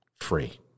free